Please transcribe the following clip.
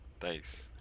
Thanks